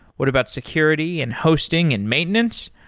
what about security and hosting and maintenance?